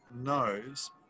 knows